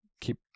keep